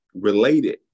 related